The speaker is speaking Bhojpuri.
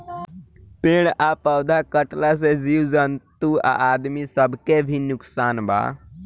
पेड़ आ पौधा कटला से जीव जंतु आ आदमी सब के भी नुकसान बा